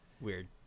weird